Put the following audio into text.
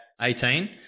18